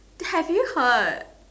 ya did you heard